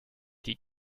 die